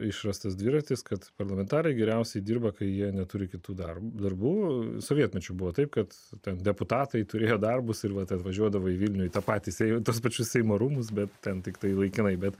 išrastas dviratis kad parlamentarai geriausiai dirba kai jie neturi kitų darbo darbų sovietmečiu buvo taip kad ten deputatai turėjo darbus ir vat atvažiuodavai vilniuje tą patys ėjo tuos pačius seimo rūmus bet ten tiktai laikinai bet